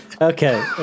okay